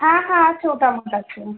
হ্যাঁ হ্যাঁ আছে ওটা আমার কাছে